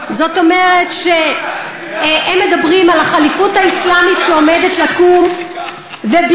מדברים על דמוקרטיה, את מסיתה.